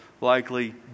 likely